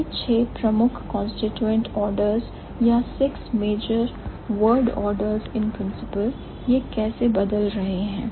यह 6 major constituent orders या 6 major word borders in principle यह कैसे बदल रहे हैं